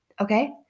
okay